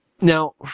now